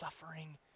Suffering